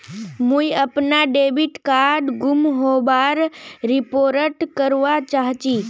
मुई अपना debit card गूम होबार रिपोर्ट करवा चहची